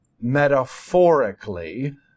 metaphorically